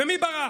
ומי ברח?